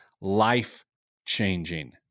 Life-changing